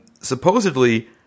supposedly